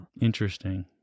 Interesting